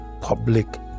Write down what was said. public